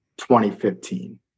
2015